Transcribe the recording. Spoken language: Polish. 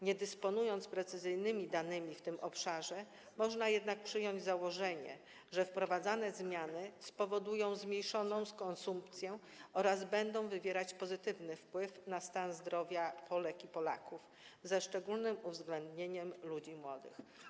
Nie dysponując precyzyjnymi danymi w tym obszarze, można jednak przyjąć założenie, że wprowadzane zmiany spowodują zmniejszenie konsumpcji oraz będą wywierać pozytywny wpływ na stan zdrowia Polek i Polaków, ze szczególnym uwzględnieniem ludzi młodych.